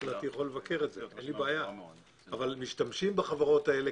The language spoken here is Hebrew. אבל משתמשים בחברות האלה,